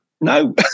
no